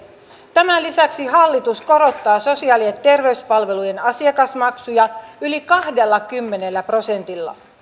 tämän lisäksi hallitus korottaa sosiaali ja terveyspalvelujen asiakasmaksuja yli kahdellakymmenellä prosentilla